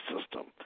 system